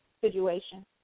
situation